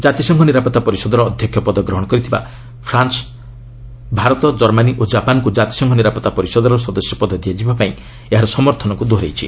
କାତିସଂଘ ନିରାପଭା ପରିଷଦର ଅଧ୍ୟକ୍ଷ ପଦ ଗ୍ରହଣ କରିଥିବା ଫ୍ରାନ୍ସ୍ ଭାରତ କର୍ମାନୀ ଓ ଜାପାନ୍କୁ ଜାତିସଂଘ ନିରାପତ୍ତା ପରିଷଦର ସଦସ୍ୟ ପଦ ଦିଆଯିବାପାଇଁ ଏହାର ସମର୍ଥନକୁ ଦୋହରାଇଛି